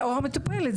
או המטופלת.